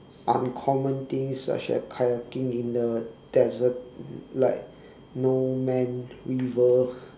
uncommon things such as kayaking in the desert like no mans river